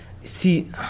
See